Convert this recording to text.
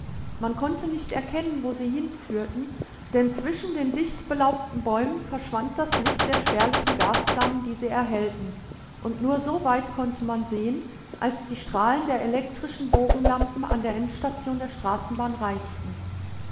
man konnte nicht erkennen wo sie hinführten denn zwischen den dichtbelaubten bäumen verschwand das licht der spärlichen gasflammen die sie erhellten und nur so weit konnte man sehen als die strahlen der elektrischen bogenlampen an der endstation der straßenbahn reichten